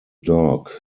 dog